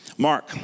Mark